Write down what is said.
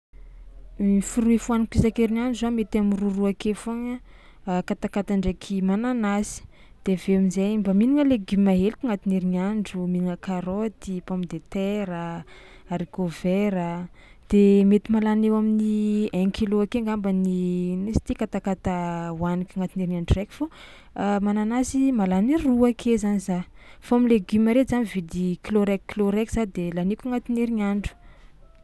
Ny fruit fohaniko isan-kerignandro za mety am'roaroa ake foagna a katakata ndraiky mananasy de avy eo amin-jay mba mihinagna legioma hely ka agnatin'ny herignandro, mihina karaoty, pomme de terre a, haricots verts a de mety mahalany eo amin'ny un kilo ake angamba ny ino izy ty katakata hohaniky agnatin'ny herignandro raiky fao mananasy mahalany roa ake zany za fô am'legioma reto za mividy kilao raiky kilao raiky za de laniako agnatin'ny herignandro.